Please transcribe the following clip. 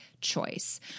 choice